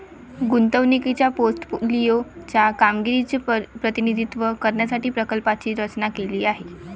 गुंतवणुकीच्या पोर्टफोलिओ च्या कामगिरीचे प्रतिनिधित्व करण्यासाठी प्रकल्पाची रचना केली आहे